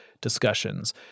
discussions